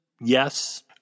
Yes